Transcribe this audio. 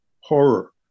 horror